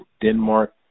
Denmark